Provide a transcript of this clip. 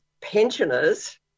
pensioners